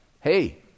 hey